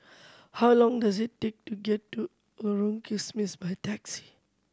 how long does it take to get to Lorong Kismis by taxi